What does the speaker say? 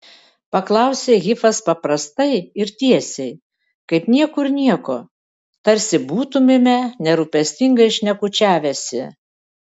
paklausė hifas paprastai ir tiesiai kaip niekur nieko tarsi būtumėme nerūpestingai šnekučiavęsi